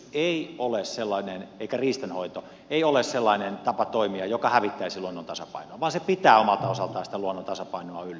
ei metsästys riistanhoito ole sellainen tapa toimia joka hävittäisi luonnon tasapainon vaan se pitää omalta osaltaan sitä luonnon tasapainoa yllä